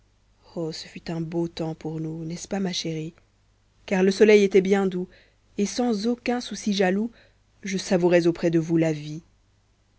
ce fut un beau temps pour nous n'est-ce pas ma chérie car le soleil était bien doux et sans aucun souci jaloux je savourais auprès de vous la vie